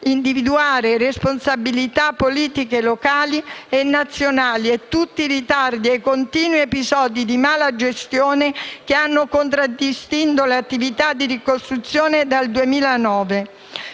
individuare le responsabilità politiche locali e nazionali per tutti i ritardi e i continui episodi di mala gestione che hanno contraddistinto le attività di ricostruzione dal 2009.